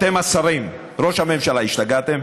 אתם השרים, ראש הממשלה, השתגעתם?